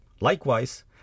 Likewise